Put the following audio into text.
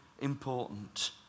important